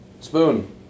Spoon